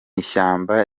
ishyamba